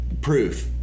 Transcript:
proof